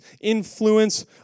influence